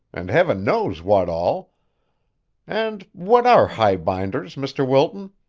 and heaven knows what all and what are highbinders, mr. wilton?